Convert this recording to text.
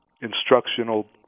instructional